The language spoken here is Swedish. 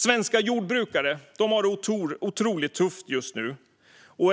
Svenska jordbrukare har det otroligt tufft just nu.